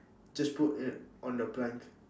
just put it on the plank